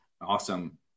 Awesome